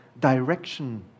direction